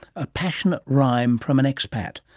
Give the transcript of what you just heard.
a passionate rhyme from an expat,